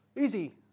Easy